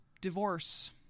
divorce